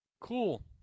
Cool